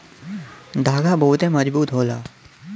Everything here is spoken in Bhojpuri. धागा बहुते मजबूत होला